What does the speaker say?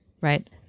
right